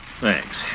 Thanks